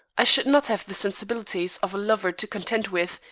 i should not have the sensibilities of a lover to contend with,